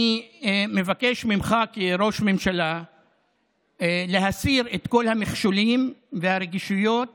אני מבקש ממך כראש ממשלה להסיר את כל המכשולים והרגישויות